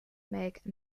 make